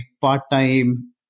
part-time